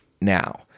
now